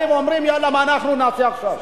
אומרים: מה אנחנו נעשה עכשיו?